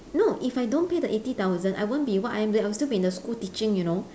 no if I don't pay the eighty thousand I won't be what I am I will still be in the school teaching you know